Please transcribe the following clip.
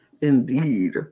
indeed